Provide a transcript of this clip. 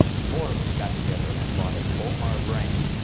four of us got together and bought a bowmar brain.